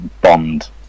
bond